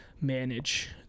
manage